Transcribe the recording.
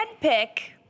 pick